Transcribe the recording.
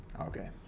okay